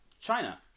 China